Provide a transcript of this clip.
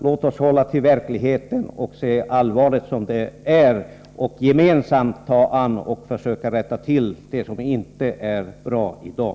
Låt oss hålla oss till verkligheten, se allvaret som det är och gemensamt ta oss an problemen och försöka rätta till det som inte är bra i dag.